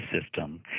system